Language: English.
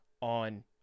on